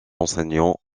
enseignants